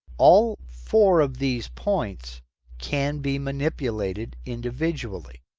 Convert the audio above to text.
all four of these points can be manipulated individually.